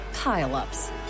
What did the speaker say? pile-ups